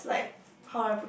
like how would I put it